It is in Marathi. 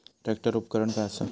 ट्रॅक्टर उपकरण काय असा?